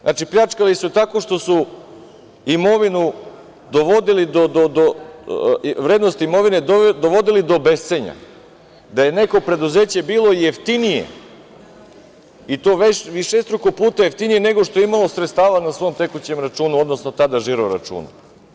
Znači, pljačkali su tako što su vrednost imovine dovodili do bescenja, da je neko preduzeće bilo jeftinije, i to višestruko puta jeftinije nego što je imalo sredstava na svom tekućem računu, odnosno tada žiro-računu.